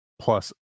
plus